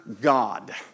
God